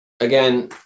again